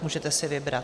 Můžete si vybrat.